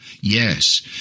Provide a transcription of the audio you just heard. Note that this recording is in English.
Yes